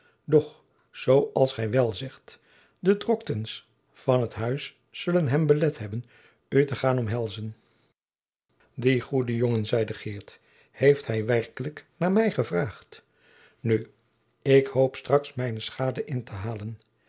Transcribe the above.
zoo als gij wel zegt de droktens van het huis zullen hem belet hebben u te gaan omhelzen die goede jongen zeide geert heeft hij waarlijk naar mij gevraagd nu ik hoop straks mijne schade in te halen